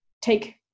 take